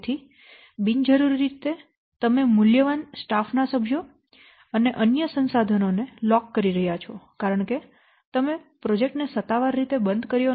તેથી બિનજરૂરી રીતે તમે મૂલ્યવાન સ્ટાફના સભ્યો અને અન્ય સંસાધનો ને લોક કરી રહ્યાં છો કારણ કે તમે પ્રોજેક્ટ ને સત્તાવાર રીતે બંધ કર્યો નથી